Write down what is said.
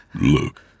Look